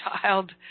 child